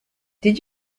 did